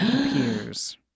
appears